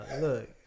Look